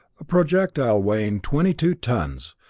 a projectile weighing twenty-two tons,